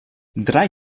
drei